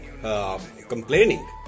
complaining